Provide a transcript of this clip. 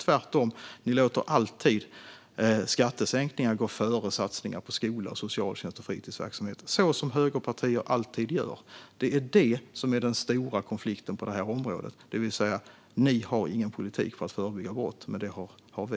Tvärtom låter ni alltid skattesänkningar gå före satsningar på skola, fritidsverksamhet och socialtjänst - så som högerpartier alltid gör. Det är det som är den stora konflikten på detta område. Ni har ingen politik för att förebygga brott, men det har vi.